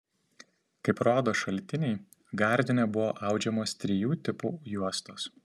kaip rodo šaltiniai gardine buvo audžiamos trijų tipų juostos